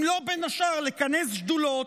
אם לא בין השאר כדי לכנס שדולות,